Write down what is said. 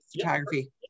photography